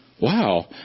Wow